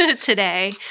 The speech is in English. today